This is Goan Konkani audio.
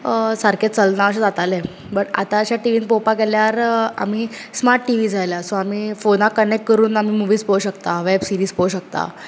सारकें चलना अशें जाताले बट आता अशें टीवीन पळोवपाक गेल्यार आमी स्मार्ट टीवीस आयल्यात सो आमी फोनाक कनेक्ट करून आमी मुवीज पळोवंक शकतात वेब सिरीज पळोवंक शकतात